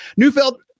Newfeld